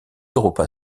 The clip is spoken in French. europa